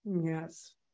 Yes